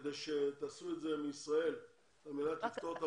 כדי שתעשו את זה מישראל על מנת לפתור את הבעיות,